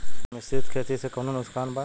मिश्रित खेती से कौनो नुकसान बा?